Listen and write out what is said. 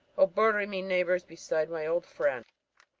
o bury me, neighbours, beside my old friend